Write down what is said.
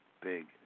big